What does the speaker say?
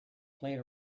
played